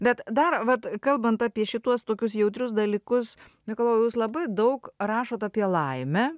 bet dar vat kalbant apie šituos tokius jautrius dalykus mikalojau jūs labai daug rašot apie laimę